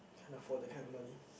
can't afford that kind of money